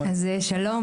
אז שלום,